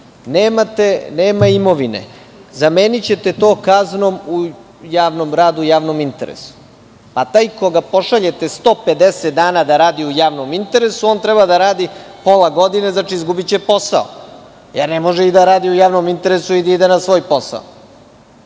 nema imovine, zamenićete to kaznom u javnom radu, u javnom interesu. Pa taj koga pošaljete 150 dana da radi u javnom interesu, on treba da radi pola godine, znači, izgubiće posao, jer ne može i da radi u javnom interesu i da ide na svoj posao.